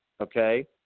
Okay